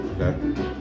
Okay